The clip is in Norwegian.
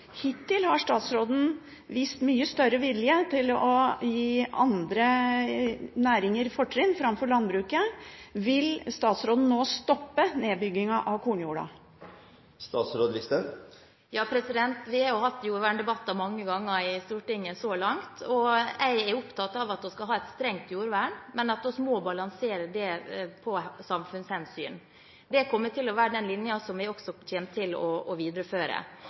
Hittil har statsråden vist mye større vilje til å gi andre næringer fortrinn framfor landbruket. Vil statsråden stoppe nedbyggingen av kornjorda? Vi har hatt jordverndebatter i Stortinget mange ganger så langt. Jeg er opptatt av at vi skal ha et strengt jordvern, men at vi må balansere det ut fra samfunnshensyn. Det vil være den linjen som vi kommer til å videreføre. Når det gjelder de sakene som